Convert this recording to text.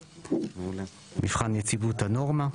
מבחן יציבות הנורמה,